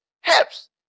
helps